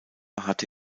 hatte